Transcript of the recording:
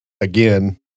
Again